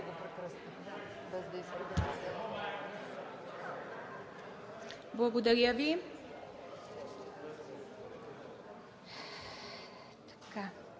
Благодаря Ви.